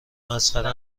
مسخره